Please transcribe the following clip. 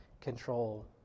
control